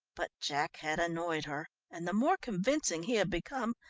but jack had annoyed her and the more convincing he had become,